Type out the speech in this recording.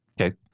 Okay